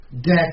Death